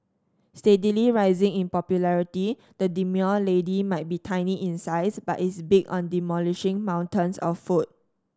steadily rising in popularity the demure lady might be tiny in size but is big on demolishing mountains of food